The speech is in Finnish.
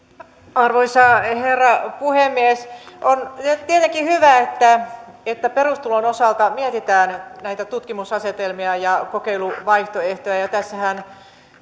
arvoisa herra puhemies on tietenkin hyvä että että perustulon osalta mietitään näitä tutkimusasetelmia ja kokeiluvaihtoehtoja ja tässähän